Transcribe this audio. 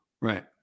Right